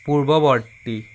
পূৰ্ৱবৰ্তী